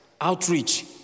Outreach